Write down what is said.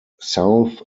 south